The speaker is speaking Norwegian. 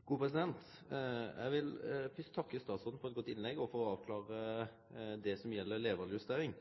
Eg vil først takke statsråden for eit godt innlegg og for å avklare det som gjeld levealdersjustering.